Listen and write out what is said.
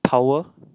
power